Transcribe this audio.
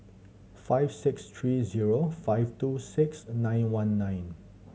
five six three zero five two six nine one nine